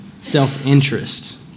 self-interest